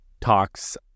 talks